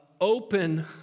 open